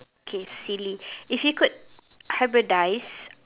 okay silly if you could hybridise